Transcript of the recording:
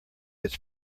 its